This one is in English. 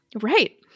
Right